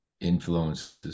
influences